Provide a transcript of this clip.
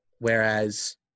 whereas